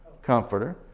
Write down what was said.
Comforter